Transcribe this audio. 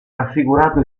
raffigurato